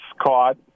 caught